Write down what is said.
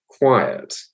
quiet